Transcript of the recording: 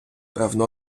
певну